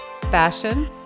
fashion